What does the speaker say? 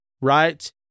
right